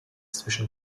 zwischen